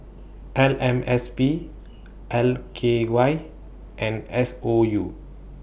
F M S P L K Y and S O U